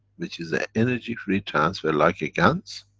which is a energy free transfer, like a gans.